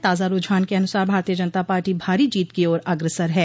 ताजा रूझान के अनुसार भारतीय जनता पार्टी भारी जीत की ओर अग्रसर है